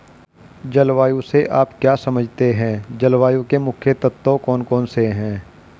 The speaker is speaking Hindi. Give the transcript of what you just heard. जलवायु से आप क्या समझते हैं जलवायु के मुख्य तत्व कौन कौन से हैं?